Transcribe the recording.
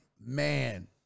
man